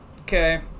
Okay